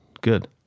good